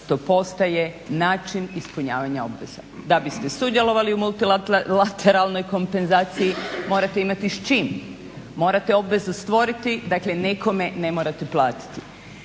to postaje način ispunjavanja obveza. Da biste sudjelovali u multilateralnoj kompenzaciji morate imati s čim, morate obvezu stvoriti, dakle nekome ne morate platiti.